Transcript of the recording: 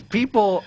people